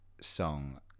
song